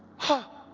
ha!